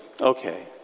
Okay